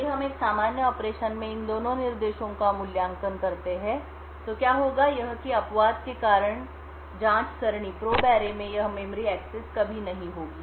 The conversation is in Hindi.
यदि हम एक सामान्य ऑपरेशन में इन दोनों निर्देशों का मूल्यांकन करते हैं तो क्या होगा यह कि अपवाद के कारण जांच सरणीprobe array प्रोब अरे में यह मेमोरी एक्सेस कभी नहीं होगी